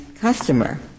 customer